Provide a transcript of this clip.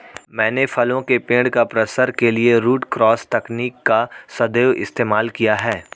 मैंने फलों के पेड़ का प्रसार के लिए रूट क्रॉस तकनीक का सदैव इस्तेमाल किया है